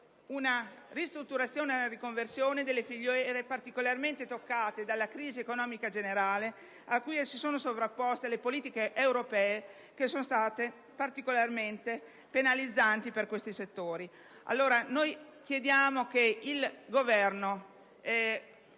di ristrutturare e riconvertire le filiere particolarmente toccate della crisi economica generale, cui si sono sovrapposte le politiche europee che sono state particolarmente penalizzanti per questi settori. Chiediamo, dunque, che il Governo